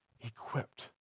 equipped